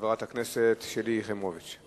חברת הכנסת שלי יחימוביץ.